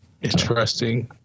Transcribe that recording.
Interesting